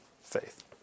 faith